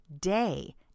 day